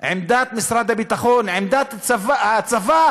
עמדת משרד הביטחון, עמדת הצבא,